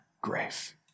grace